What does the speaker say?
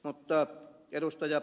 mutta ed